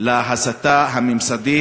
להסתה הממסדית.